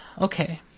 Okay